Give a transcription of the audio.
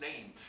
name